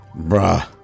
Bruh